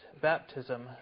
baptism